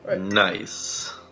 Nice